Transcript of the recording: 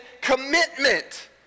commitment